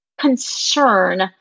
concern